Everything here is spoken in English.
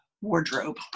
wardrobe